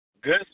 good